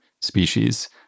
species